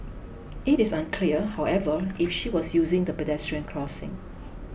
it is unclear however if she was using the pedestrian crossing